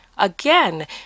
Again